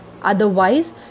Otherwise